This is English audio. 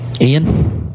Ian